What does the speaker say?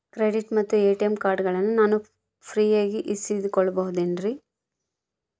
Credit ಮತ್ತ ATM ಕಾರ್ಡಗಳನ್ನ ನಾನು ಫ್ರೇಯಾಗಿ ಇಸಿದುಕೊಳ್ಳಬಹುದೇನ್ರಿ?